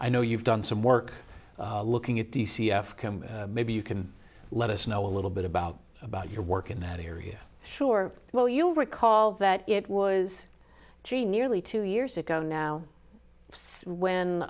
i know you've done some work looking at t c f maybe you can let us know a little bit about about your work in that area sure well you'll recall that it was three nearly two years ago now so when